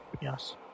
Yes